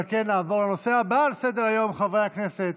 נעבור לנושא הבא על סדר-היום, חברי הכנסת,